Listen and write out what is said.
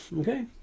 Okay